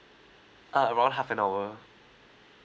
uh around half an hour